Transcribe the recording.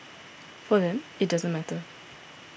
for them it doesn't matter